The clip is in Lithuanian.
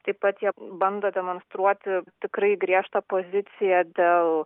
taip pat jie bando demonstruoti tikrai griežtą poziciją dėl